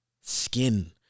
skin